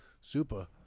Super